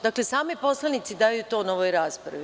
Dakle, sami poslanici daju to na ovoj raspravi.